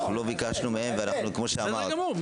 אנחנו לא ביקשנו מהם, וכמו שאמרת -- בסדר גמור.